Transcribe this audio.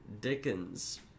Dickens